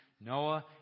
Noah